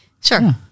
Sure